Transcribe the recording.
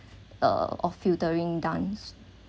uh of filtering done